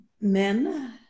men